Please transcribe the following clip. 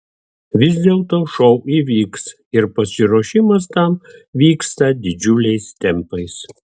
vis dėlto šou įvyks ir pasiruošimas tam vyksta didžiuliais tempais